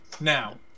Now